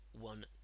one